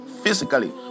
physically